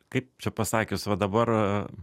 kaip čia pasakius va dabar